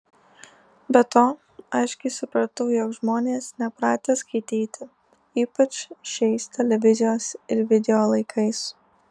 be to aiškiai supratau jog žmonės nepratę skaityti ypač šiais televizijos ir video laikais